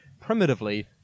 primitively